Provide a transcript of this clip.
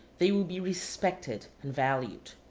they will be respected and valued.